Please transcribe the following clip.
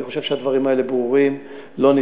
אני חושב שהדברים האלה ברורים.